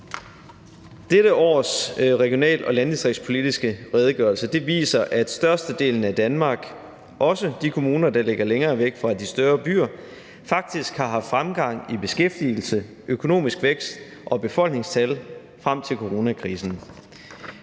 Dette års regional- og landdistriktspolitiske redegørelse viser, at størstedelen af Danmark, også de kommuner, der ligger længere væk fra de større byer, faktisk har haft fremgang i beskæftigelse, økonomisk vækst og befolkningstal frem til coronakrisen.